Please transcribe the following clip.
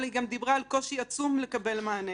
אבל היא גם דיברה על קושי עצום לקבל מענה.